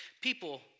People